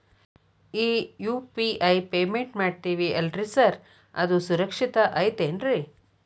ಈ UPI payment ಮಾಡ್ತೇವಿ ಅಲ್ರಿ ಸಾರ್ ಅದು ಸುರಕ್ಷಿತ್ ಐತ್ ಏನ್ರಿ?